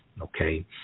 Okay